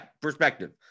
perspective